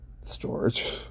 storage